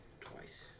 Twice